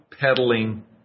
peddling